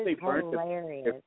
hilarious